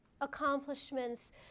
accomplishments